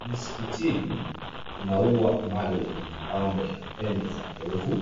Msikitini kuna ua ambalo lina pambo ya pembe za ndovu,